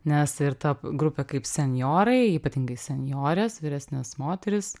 nes ir ta grupė kaip senjorai ypatingai senjorės vyresnės moterys